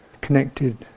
connected